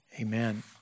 amen